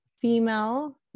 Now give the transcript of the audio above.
Female